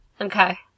Okay